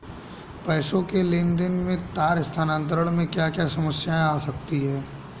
पैसों के लेन देन में तार स्थानांतरण में क्या क्या समस्याएं आ सकती हैं?